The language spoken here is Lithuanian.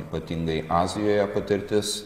ypatingai azijoje patirtis